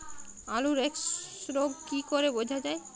আলুর এক্সরোগ কি করে বোঝা যায়?